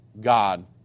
God